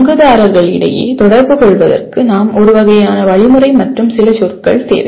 பங்குதாரர்களிடையே தொடர்பு கொள்வதற்கு நமக்கு ஒரு வகையான வழிமுறை மற்றும் சில சொற்கள் தேவை